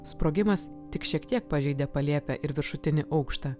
sprogimas tik šiek tiek pažeidė palėpę ir viršutinį aukštą